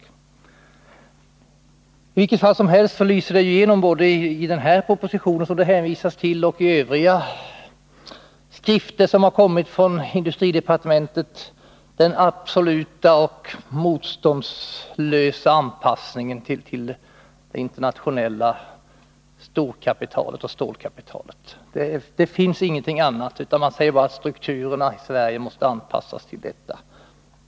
Något som i vilket fall som helst lyser igenom i den proposition som det hänvisas till och i övriga skrifter som har kommit från industridepartementet är den absoluta och motståndslösa anpassningen till det internationella storkapitalet. Det finns ingenting annat, utan det sägs bara att strukturen i Sverige måste anpassas till detta.